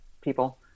people